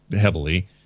heavily